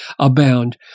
abound